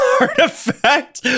Artifact